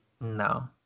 no